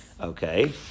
Okay